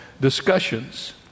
discussions